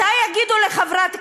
מתי יגידו לחברת כנסת: